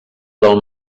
del